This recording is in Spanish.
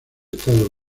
estados